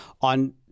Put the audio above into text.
on